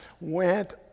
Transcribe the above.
went